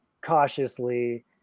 cautiously